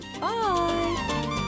bye